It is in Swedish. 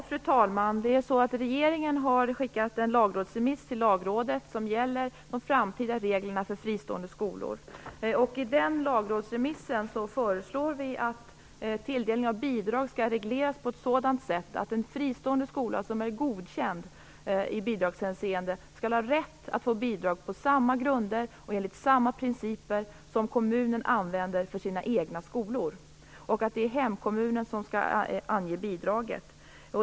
Fru talman! Regeringen har skickat en lagrådsremiss till lagrådet som gäller de framtida reglerna för fristående skolor. I den lagrådsremissen föreslår vi att tilldelning av bidrag skall regleras på ett sådant sätt att en fristående skola som är godkänd i bidragshänseende skall ha rätt att få bidrag på samma grunder och enligt samma principer som kommunen använder för sina egna skolor, samt att det är hemkommunen som skall ange bidraget.